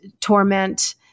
torment